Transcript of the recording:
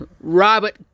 Robert